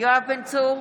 יואב בן צור,